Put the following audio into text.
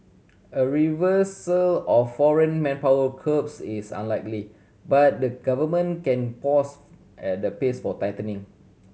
a reversal of foreign manpower curbs is unlikely but the Government can pause at the pace for tightening